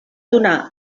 donar